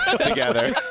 together